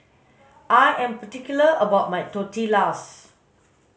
I am particular about my Tortillas